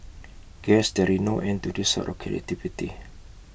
guess there is no end to this sort of creativity